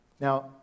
Now